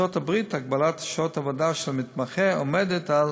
ובארצות-הברית הגבלת שעות העבודה של מתמחה עומדת על